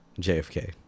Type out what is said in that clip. JFK